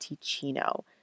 Ticino